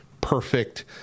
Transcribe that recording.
perfect